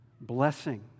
Blessing